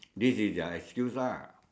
this is their excuse lah